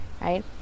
right